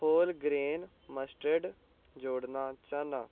whole grain mustard जोड़ना चाह्न्नां